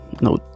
No